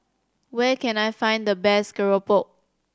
where can I find the best keropok